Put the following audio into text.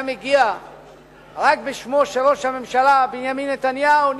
מגיע רק בשמו של ראש הממשלה בנימין נתניהו.